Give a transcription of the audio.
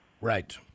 right